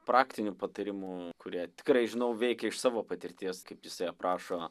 praktinių patarimų kurie tikrai žinau veikia iš savo patirties kaip jisai aprašo